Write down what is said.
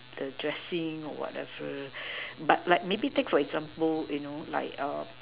the dressing or whatever but like maybe take for example like